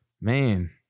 Man